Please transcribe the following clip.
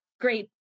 great